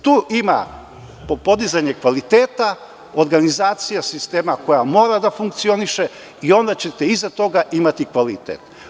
Tu ima podizanje kvaliteta, organizacija sistema koja mora da funkcioniše i onda ćete iza toga imati kvalitet.